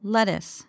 Lettuce